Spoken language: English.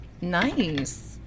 nice